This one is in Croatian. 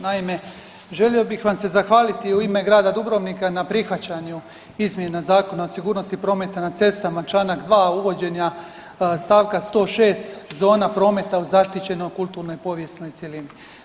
Naime, želio bih vam se zahvaliti u ime grada Dubrovnika na prihvaćanju izmjena Zakona o sigurnosti prometa na cestama, čl. 2., uvođenja st. 106. zona prometa u zaštićenoj kulturnoj povijesnoj cjelini.